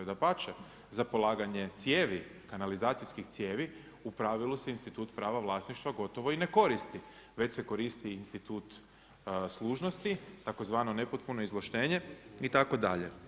Dapače, za polaganje cijevi, kanalizacijskih cijevi u pravilu se institut prava vlasništva gotovo i ne koristi već se koristi institut služnosti, tzv. nepotpuno izvlaštenje itd.